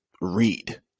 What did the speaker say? read